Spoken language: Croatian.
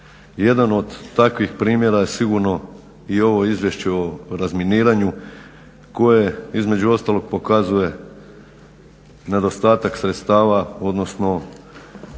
Jedan od takvih primjera je sigurno ovo izvješće, izvješće o razminiranju koje između ostalog pokazuje nedostatak sredstava odnosno